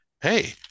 hey